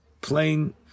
plane